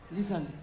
Listen